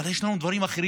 אבל יש לנו גם דברים אחרים: